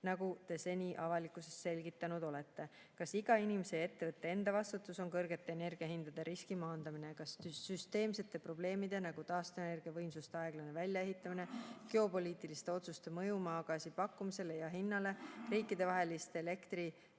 nagu Te seni avalikkuses selgitanud olete. Kas iga inimese ja ettevõtte enda vastutus on kõrgete energiahindade riski maandamine? Kas süsteemsete probleemide, nagu taastuvenergiavõimsuste aeglane väljaehitamine, geopoliitilis[te] otsuste mõju maagaasi pakkumisele ja hinnale, riikidevaheliste elektri